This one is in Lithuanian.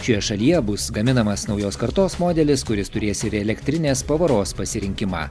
šioje šalyje bus gaminamas naujos kartos modelis kuris turės ir elektrinės pavaros pasirinkimą